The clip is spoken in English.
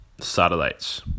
satellites